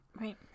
right